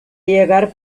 llegar